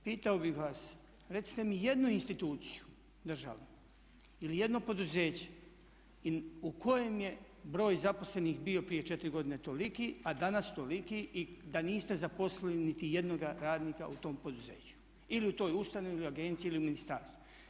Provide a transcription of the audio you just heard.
Pitao bih vas, recite mi jednu instituciju državnu ili jedno poduzeće u kojem je broj zaposlenih bio prije četiri godine toliki, a danas toliki i da niste zaposlili niti jednoga radnika u tom poduzeću ili u toj ustanovi ili agenciji ili ministarstvu.